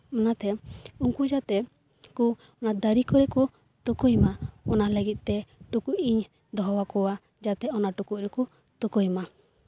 ᱚᱱᱟᱛᱮ ᱩᱱᱠᱩ ᱡᱟᱛᱮ ᱠᱚ ᱚᱱᱟ ᱫᱟᱨᱮ ᱠᱚᱨᱮᱜ ᱠᱚ ᱛᱩᱠᱟᱹᱭ ᱢᱟ ᱚᱱᱟ ᱞᱟᱹᱜᱤᱫ ᱛᱮ ᱴᱩᱠᱩᱡ ᱤᱧ ᱫᱚᱦᱚ ᱟᱠᱚᱣᱟ ᱡᱟᱛᱮ ᱚᱱᱟ ᱴᱩᱠᱩᱡ ᱨᱮᱠᱚ ᱛᱩᱠᱟᱹᱭ ᱢᱟ